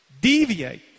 deviate